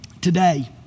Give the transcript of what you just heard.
today